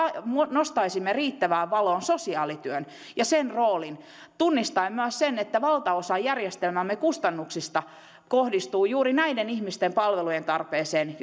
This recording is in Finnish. nostaisimme riittävään valoon sosiaalityön ja sen roolin tunnistaen myös sen että valtaosa järjestelmämme kustannuksista kohdistuu juuri näiden ihmisten palvelujentarpeeseen